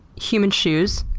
human shoes?